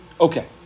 Okay